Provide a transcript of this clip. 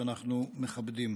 שאנחנו מכבדים.